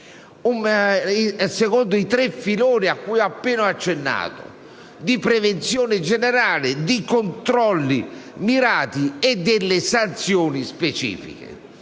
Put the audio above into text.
Capi, i tre filoni cui ho appena accennato della prevenzione generale, dei controlli mirati e delle sanzioni specifiche.